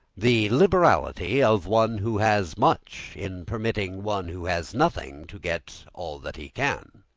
the liberality of one who has much, in permitting one who has nothing to get all that he can.